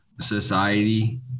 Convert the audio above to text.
society